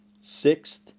Sixth